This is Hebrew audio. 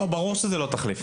ברור שזה לא תחליף.